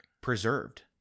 preserved